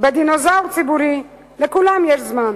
בדינוזאור ציבורי, לכולם יש זמן.